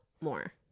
more